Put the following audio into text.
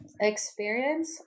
experience